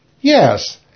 Yes